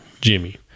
Jimmy